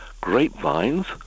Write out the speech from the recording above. grapevines